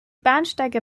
bahnsteige